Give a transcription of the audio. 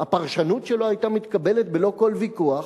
והפרשנות שלו היתה מתקבלת בלא כל ויכוח,